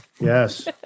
Yes